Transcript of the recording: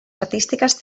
artístiques